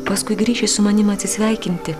paskui grįši su manim atsisveikinti